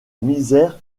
misère